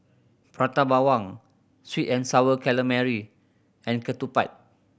Prata Bawang sweet and Sour Calamari and ketupat